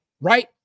right